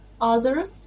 others